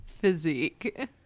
physique